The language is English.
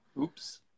Oops